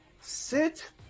sit